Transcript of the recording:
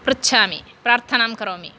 पृच्छामि प्रार्थनां करोमि